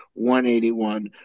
181